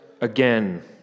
again